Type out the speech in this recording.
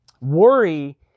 Worry